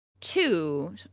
two